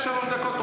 קריב.